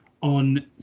on